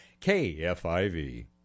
KFIV